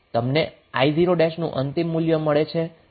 તમને i0 નું અંતિમ મૂલ્ય મળશે જે −0